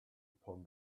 upon